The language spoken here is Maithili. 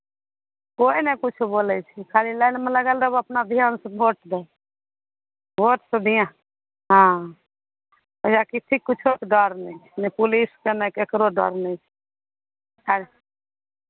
कोइ नहि किछु बोलै छै खाली लाइनमे लगल रहबह अपना धियानसँ भोट दह भोटपर ध्यान हँ किसी किछो डर नहि छै नहि पुलिसके नहि ककरो डर नहि छै